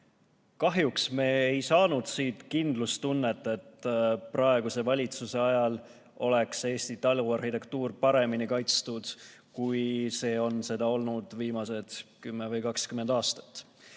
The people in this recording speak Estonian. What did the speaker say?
Kahjuks me ei saanud siit kindlustunnet, et praeguse valitsuse ajal oleks Eesti taluarhitektuur paremini kaitstud, kui see on olnud viimased 10 või 20 aastat. Ma